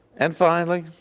and finally,